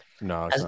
No